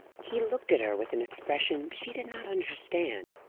he looked at her with an expression she did not understand,